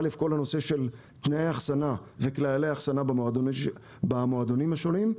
א' כל הנושא של תנאי אחסנה וכללי אחסנה במועדונים השונים.